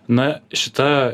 na šita